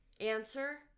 Answer